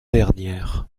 dernière